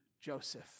Joseph